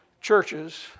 Churches